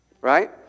Right